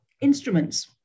instruments